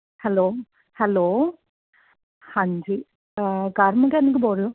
hello hello ਹਾਂਜੀ car mechanic ਬੋਲੋ ਰਹੇ ਹੋ